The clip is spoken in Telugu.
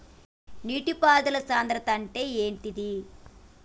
నీటి పారుదల సంద్రతా అంటే ఏంటిది?